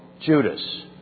Judas